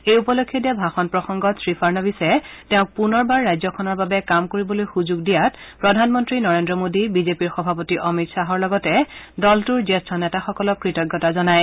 এই উপলক্ষে দিয়া ভাষণ প্ৰসংগত শ্ৰী ফাড়ণবিছে তেওঁক পূনৰবাৰ ৰাজ্যখনৰ বাবে কাম কৰিবলৈ সুযোগ দিয়াত প্ৰধানমন্নী নৰেন্দ্ৰ মোদী বিজেপিৰ সভাপতি অমিত শ্বাহৰ লগতে দলটোৰ জ্যেষ্ঠ নেতাসকলক কৃতজ্ঞতা জনায়